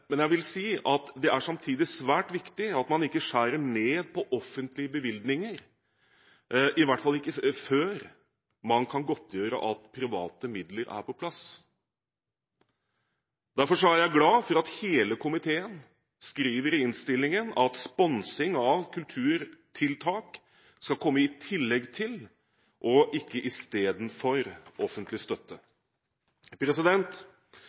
Men samtidig er det svært viktig at man ikke skjærer ned på offentlige bevilgninger, i hvert fall ikke før man kan godtgjøre at private midler er på plass. Derfor er jeg glad for at hele komiteen skriver i innstillingen at «sponsing av kulturtiltak skal komme i tillegg til, og ikke i stedet for offentlig støtte».